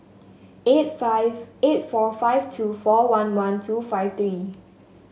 eight five eight four five two four one one two five three